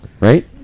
right